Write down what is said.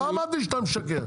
אני לא אמרתי שאתה משקר,